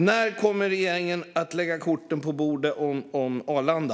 När kommer regeringen att lägga korten på bordet om Arlanda?